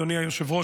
אדוני היושב-ראש,